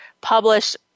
Published